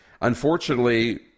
unfortunately